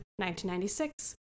1996